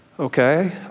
Okay